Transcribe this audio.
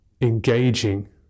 engaging